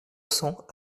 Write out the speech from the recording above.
cents